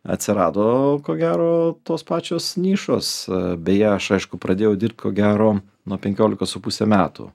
atsirado ko gero tos pačios nišos beje aš aišku pradėjau dirbt ko gero nuo penkiolikos su puse metų